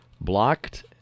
blocked